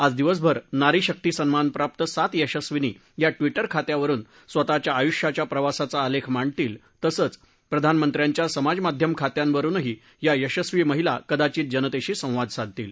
आज दिवसभर नारी शक्ती सन्मानप्राप्त सात यशस्विनी या ट्विटर खात्यावरुन स्वतःच्या आयुष्याच्या प्रवासाचा आलेख मांडतील तसंच प्रधानमत्र्यांच्या समाजमाध्यम खात्यावरुन या यशस्वी महिला कदाचित जनतेशी सवाद साधतील